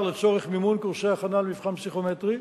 לצורך מימון קורסי הכנה למבחן פסיכומטרי,